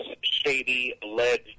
shady-led